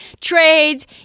Trades